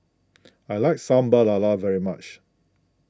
I like Sambal Lala very much